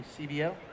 CBO